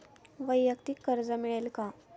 वैयक्तिक कर्ज मिळेल का?